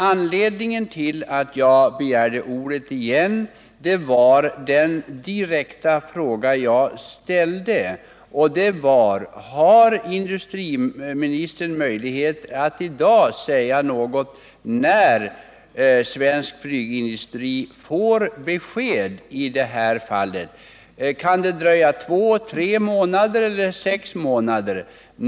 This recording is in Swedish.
Anledningen till att jag begärde ordet igen var att jag inte fick något svar på den direkta fråga jag ställde, nämligen: Har industriministern möjligheter att i dag säga något om när svensk flygindustri får besked på den här punkten? Kan det dröja två månader eller sex månader?